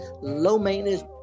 low-maintenance